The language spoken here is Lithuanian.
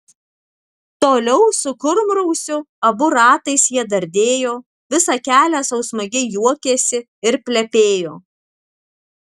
toliau su kurmrausiu abu ratais jie dardėjo visą kelią sau smagiai juokėsi ir plepėjo